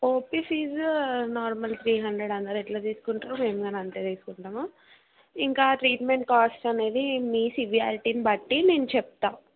OP fees normal three hundred అన్నారు ఎట్లా తీసుకుంటారో మేము గాని అంతే తీసుకుంటాము ఇంకా ట్రీట్మెంట్ కాస్ట్ అనేది మీ సివియారిటీని బట్టి మేం చెప్తాం